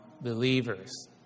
believers